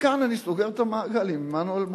וכאן אני סוגר את המעגל עם עמנואל מורנו.